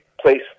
place